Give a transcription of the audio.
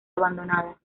abandonada